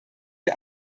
der